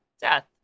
death